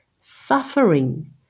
suffering